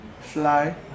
fly